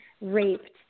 raped